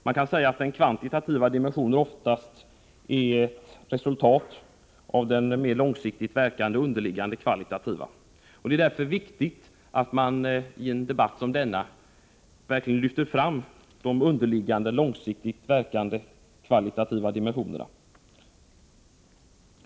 Man kan säga att den kvantitativa dimensionen oftast är ett resultat av den mer långsiktigt verkande underliggande kvalitativa. Och det är därför viktigt att man i en debatt som denna verkligen lyfter fram de underliggande långsiktigt verkande kvalitativa dimensionerna.